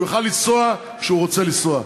שהוא יוכל לנסוע כשהוא רוצה לנסוע.